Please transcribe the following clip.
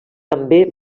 també